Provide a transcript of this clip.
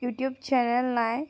YouTube channel নাই